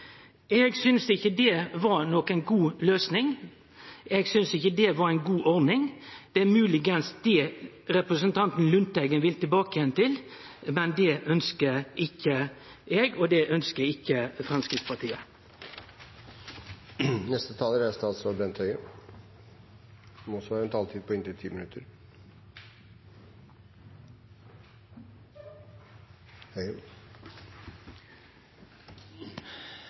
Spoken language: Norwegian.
Eg syntest ikkje det var noka god løysing. Eg syntest ikkje det var ei god ordning. Det er moglegvis det representanten Lundteigen vil tilbake igjen til, men det ønskjer ikkje eg, og det ønskjer ikkje Framstegspartiet.